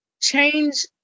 change